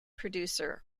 producer